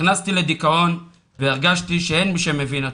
נכנסתי לדיכאון והרגשתי שאין מי שמבין אותי,